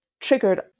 triggered